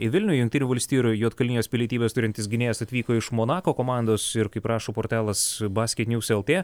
į vilnių jungtinių valstijų ir juodkalnijos pilietybes turintis gynėjas atvyko iš monako komandos ir kaip rašo portalas basket nius el tė